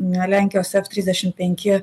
na lenkijos f trisdešim penki